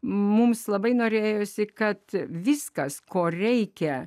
mums labai norėjosi kad viskas ko reikia